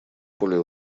более